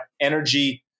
energy